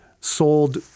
sold